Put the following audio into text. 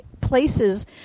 places